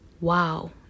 wow